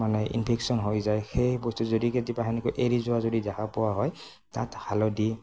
মানে ইনফেকশ্যন হৈ যায় সেই বস্তু যদি কেতিয়াবা সেনেকৈ এৰি যোৱা যদি দেখা পোৱা হয় তাত হালধি